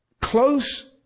close